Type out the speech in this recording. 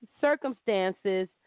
circumstances